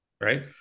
right